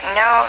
no